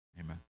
Amen